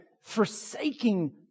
forsaking